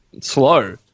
slow